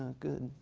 good,